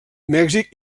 mèxic